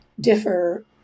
differ